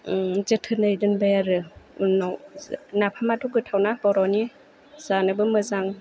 जोथोनै दोनबाय आरो उनाव नाफामआथ' गोथावना बर'नि जानोबो मोजां